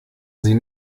sie